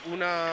Una